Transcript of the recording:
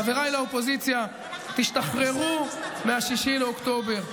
חבריי לאופוזיציה, תשתחררו מ-6 באוקטובר.